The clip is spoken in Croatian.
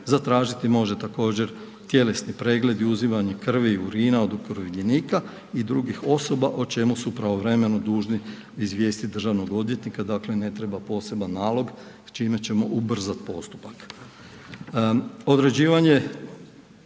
zatražiti može također tjelesni pregled uzimanje krvi i urina od okrivljenika i drugih osoba o čemu su pravovremeno dužni izvijestiti državnog odvjetnika, dakle ne treba poseban nalog s čime ćemo ubrzati postupak. Određivanje